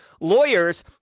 lawyers